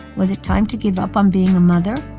was it time to give up on being a mother?